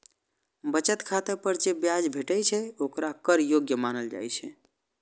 बचत खाता पर जे ब्याज भेटै छै, ओकरा कर योग्य मानल जाइ छै